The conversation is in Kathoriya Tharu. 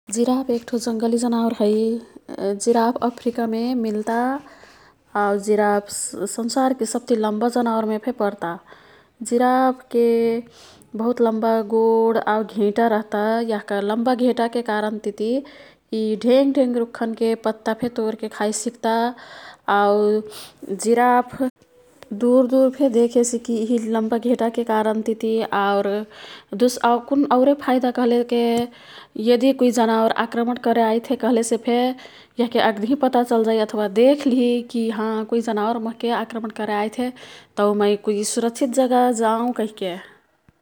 जिराफ एक्ठो जङ्गली जनावर है। जिराफ अफ्रिकामे मिल्ता आऊ जिराफ संसारके सब्ति लम्बा जनावरमेफे पर्ता। जिराफके बहुत लम्बा गोड आऊ घेंटा रह्ता। यह्का लम्बा घेंटाके कारनतिती यी ढेंङ्ग ढेंङ्ग रुखन्के पत्ताफे तोरके खाई सिक्ता। आऊ, जिराफ दुरदुरफे देखे सिकी यिही लम्बा घेंटाके कारनतिती। आउर औरे फाइदा कह्लेके यदि कुई जनावर आक्रमण करे आईत् है कह्लेसेफे यह्के अक्दहीं पता चल अथवा देखलिही कि हाँ कुई जनावर मोह्के आक्रमण करे आईत् हे। तौ मै कुई सुरक्षित जगह जाउँ कहिके।